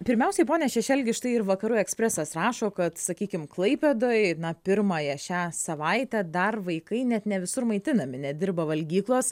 pirmiausiai pone šešelgi štai ir vakarų ekspresas rašo kad sakykim klaipėdoj na pirmąją šią savaitę dar vaikai net ne visur maitinami nedirba valgyklos